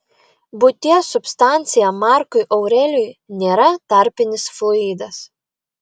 būties substancija markui aurelijui nėra tarpinis fluidas